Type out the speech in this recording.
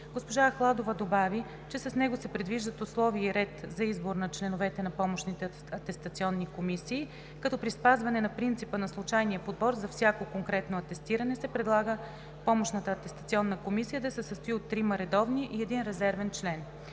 Госпожа Ахладова добави, че с него се предвиждат условия и ред за избор на членовете на помощните атестационни комисии, като при спазване на принципа на случайния подбор за всяко конкретно атестиране се предлага помощната атестационна комисия да се състои от трима редовни и един резервен член.